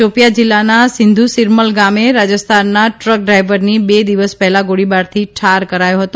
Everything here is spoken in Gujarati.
શોપિયાં જીલ્લાના સિંધુસિરમલ ગામે રાજસ્થાનના દ્રકડ્રાઇવરની બે દિવસ પહેલાં ગોળીબારથી ઠાર કરાથો હતો